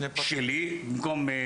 אני שם בניידת שני פקחים שלי במקום אחד,